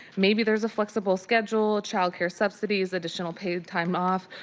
maybe there is a flexible schedule, childcare subsidies, additional paid time off,